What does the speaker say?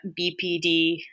BPD